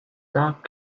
dark